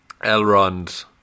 Elrond